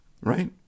Right